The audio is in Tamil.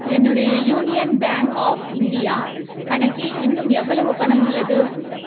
என்னுடைய யூனியன் பேங்க் ஆஃப் இந்தியா கணக்கில் இன்னும் எவ்வளவு பணம் உள்ளது